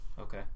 Okay